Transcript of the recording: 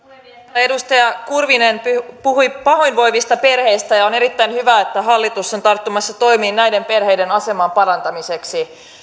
edustaja kurvinen puhui pahoinvoivista perheistä ja on erittäin hyvä että hallitus on tarttumassa toimiin näiden perheiden aseman parantamiseksi